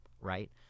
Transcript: right